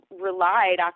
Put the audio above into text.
relied